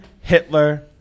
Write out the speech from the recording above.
Hitler